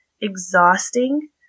exhausting